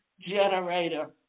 generator